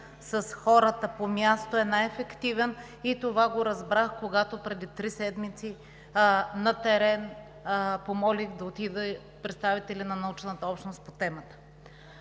с хората по места е най-ефективен и това го разбрах, когато преди три седмици, на терен, помолих да отидат представители на научната общност по темата.